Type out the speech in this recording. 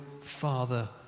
father